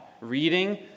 reading